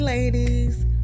Ladies